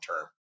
term